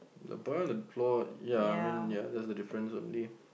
the bird on the floor ya I mean ya that's the difference only